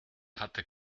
hatte